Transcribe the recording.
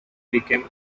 became